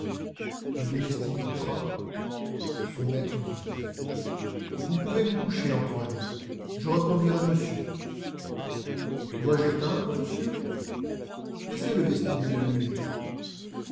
le domestique entra son maître lui dit vous pouvez vous coucher antoine je reconduirai monsieur dois-je éteindre monsieur laissez le vestibule allumé